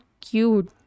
cute